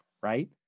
right